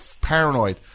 paranoid